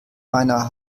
meiner